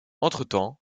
entretemps